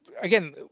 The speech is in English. again